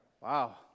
Wow